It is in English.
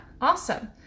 Awesome